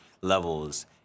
levels